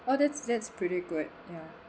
oh that's that's pretty good ya